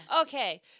Okay